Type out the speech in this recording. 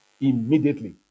immediately